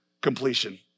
completion